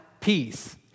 peace